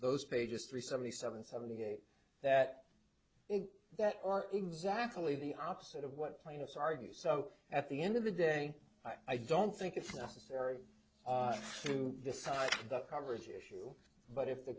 those pages three seventy seven seventy eight that that are exactly the opposite of what plaintiffs argue so at the end of the day i don't think it's necessary to decide the coverage issue but if the